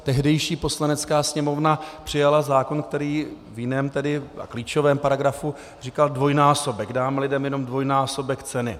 Tehdejší Poslanecká sněmovna přijala zákon, který v jiném klíčovém paragrafu říkal dvojnásobek, dáme lidem jenom dvojnásobek ceny.